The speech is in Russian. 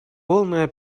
полная